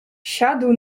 siadł